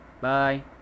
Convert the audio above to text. bye